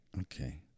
Okay